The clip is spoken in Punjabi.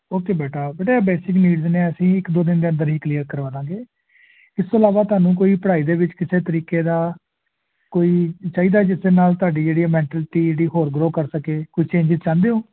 ਓਕੇ ਬੇਟਾ ਬੇਟਾ ਇਹ ਬੇਸਿਕ ਨੀਡਸ ਨੇ ਅਸੀਂ ਇੱਕ ਦੋ ਦਿਨ ਦੇ ਅੰਦਰ ਹੀ ਕਲੀਅਰ ਕਰਵਾ ਦੇਵਾਂਗੇ ਇਸ ਤੋਂ ਇਲਾਵਾ ਤੁਹਾਨੂੰ ਕੋਈ ਪੜ੍ਹਾਈ ਦੇ ਵਿੱਚ ਕਿਸੇ ਤਰੀਕੇ ਦਾ ਕੋਈ ਚਾਹੀਦਾ ਜਿਸ ਦੇ ਨਾਲ ਤੁਹਾਡੀ ਜਿਹੜੀ ਹੈ ਮੈਂਟਲਟੀ ਜਿਹੜੀ ਹੋਰ ਗਰੋਅ ਕਰ ਸਕੇ ਕੋਈ ਚੇਂਜਿਜ ਚਾਹੁੰਦੇ ਹੋ